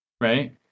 right